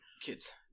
kids